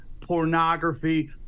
pornography